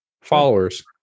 followers